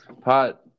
pot